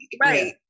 Right